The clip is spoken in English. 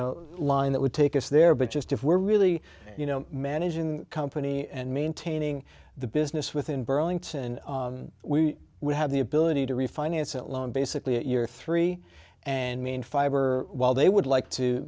know line that would take us there but just if we're really you know managing company and maintaining the business within burlington we would have the ability to refinance at lower basically a year or three and mean fiber while they would like to